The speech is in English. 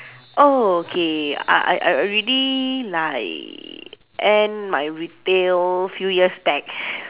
oh okay I I I already like end my retail few years back